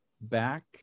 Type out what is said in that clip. back